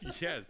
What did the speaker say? yes